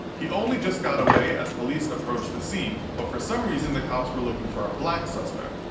he only just got away as police approached the scene, but for some reason the cops were looking for a black suspect.